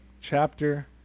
chapter